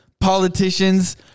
politicians